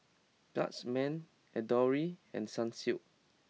Guardsman Adore and Sunsilk